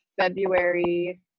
February